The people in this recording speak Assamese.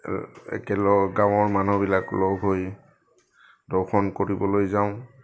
একেলগ গাঁৱৰ মানুহবিলাক লগ হৈ দৰ্শন কৰিবলৈ যাওঁ